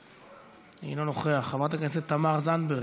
אינו נוכח, חברת הכנסת תמר זנדברג,